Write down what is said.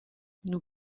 nous